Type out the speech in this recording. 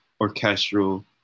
orchestral